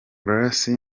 grace